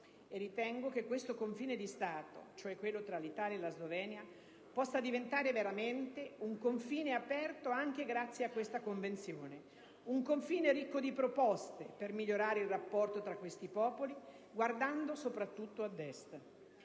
Ritengo che il confine di Stato tra l'Italia e la Slovenia possa diventare veramente un confine aperto anche grazie a questa Convenzione: un confine ricco di proposte per migliorare il rapporto tra questi popoli guardando soprattutto ad Est.